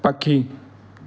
पखी